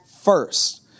first